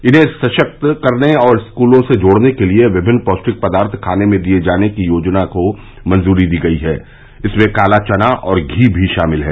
इन्हें सशक्त करने और स्कूलों से जोड़ने के लिये विभिन्न पैष्टिक पदार्थ खाने में दिये जाने की योजना को मंजूरी दी गई है इसमें काला चना और पी भी शामिल है